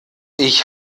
ich